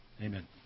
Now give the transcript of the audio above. Amen